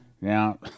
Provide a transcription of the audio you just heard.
Now